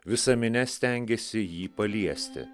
visa minia stengėsi jį paliesti